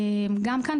גם כאן,